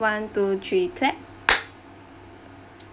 one two three clap